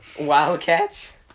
Wildcats